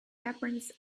appearance